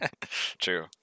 True